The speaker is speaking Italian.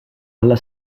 alla